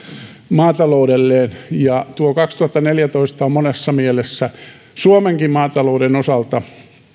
maataloudelleen ja tuo kaksituhattaneljätoista on monessa mielessä suomenkin maatalouden osalta